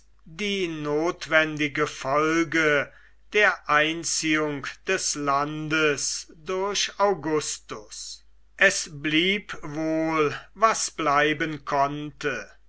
die notwendige folge der einziehung des landes durch augustus es blieb wohl was bleiben konnte